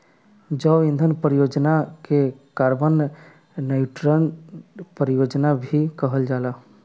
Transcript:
जैव ईंधन परियोजना के कार्बन न्यूट्रल परियोजना भी कहल जाला